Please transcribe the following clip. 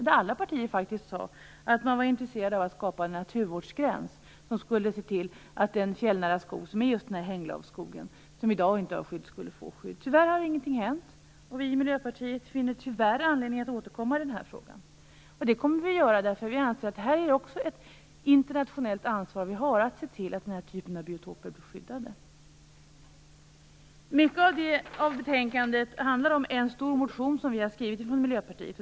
Då sade faktiskt alla partier att man var intresserade av att skapa en naturvårdsgräns som skulle se till att den fjällnära skog som just är hänglavsskog, och som i dag inte har skydd, skulle få skydd. Tyvärr har ingenting hänt. Vi i Miljöpartiet finner tyvärr anledning att återkomma i den här frågan. Det kommer vi att göra därför att vi anser att vi också har ett internationellt ansvar att se till att den här typen av biotoper blir skyddade. Mycket av betänkandet handlar om en stor motion som vi i Miljöpartiet har skrivit.